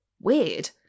weird